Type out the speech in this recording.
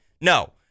No